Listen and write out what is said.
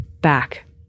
back